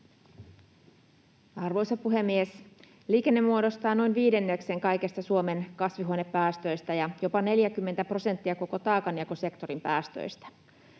Arvoisa puhemies! Liikenne muodostaa noin viidenneksen kaikista Suomen kasvihuonepäästöistä ja jopa 40 prosenttia koko taakanjakosektorin päästöistä.